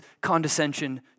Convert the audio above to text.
condescension